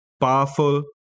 powerful